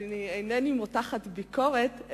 אינני מותחת ביקורת,